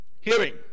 Hearing